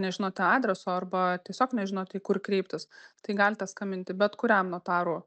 nežinote adreso arba tiesiog nežinote kur kreiptis tai galite skambinti bet kuriam notarų